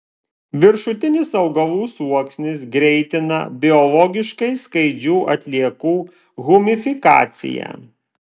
viršutinis augalų sluoksnis greitina biologiškai skaidžių atliekų humifikaciją